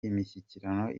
imishyikirano